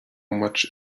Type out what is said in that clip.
much